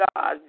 God